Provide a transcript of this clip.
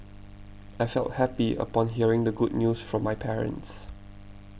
I felt happy upon hearing the good news from my parents